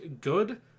good